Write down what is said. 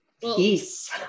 peace